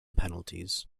penalties